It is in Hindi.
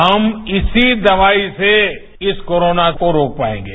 हम इसी दवाई से इस कोरोना को रोक पाएंगे